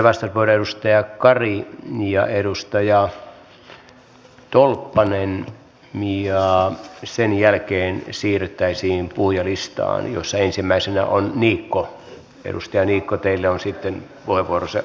vielä vastauspuheenvuoro edustaja kari ja edustaja tolppanen ja sen jälkeen siirryttäisiin puhujalistaan jossa ensimmäisenä on edustaja niikko teille on siten voi worse